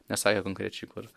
nesakė konkrečiai kur